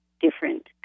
different